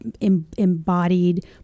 embodied